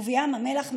ובים המלח,